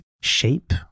shape